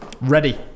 ready